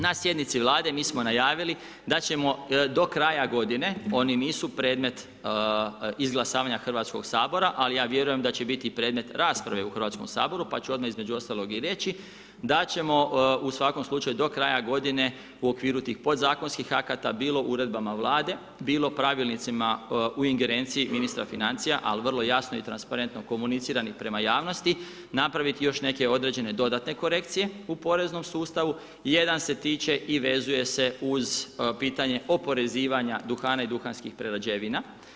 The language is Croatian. Na sjednici Vlade, mi smo najavili, da ćemo do kraja g. oni nisu predmet izglasavanja Hrvatskog sabora, ali ja vjerujem da će biti predmet rasprave u Hrvatskom saboru, pa ću odmah između ostalog i reći, da ćemo u svakom slučaju do kraja g. u okviru tih podzakonskih akata, bilo uredbama vlade, bilo pravilnicima u ingerenciji ministra financija, ali vrlo jasno i transparentno komunicirani prema javnosti, napraviti još neke određene dodatne korekcije u poreznom sustavu, jedan se tiče i vezuje se uz pitanje oporezivanja duhana i duhanskim prerađevina.